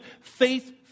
faith